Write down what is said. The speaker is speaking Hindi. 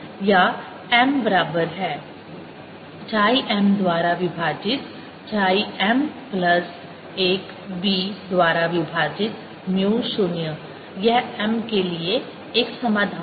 या m बराबर है chi m द्वारा विभाजित chi m प्लस 1 b द्वारा विभाजित म्यू 0 यह m के लिए एक समाधान है